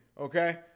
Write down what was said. okay